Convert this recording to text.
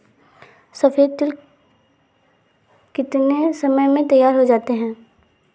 सफेद तिल कितनी समय में तैयार होता जाता है?